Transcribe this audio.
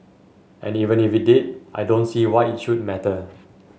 and even if it did I don't see why it should matter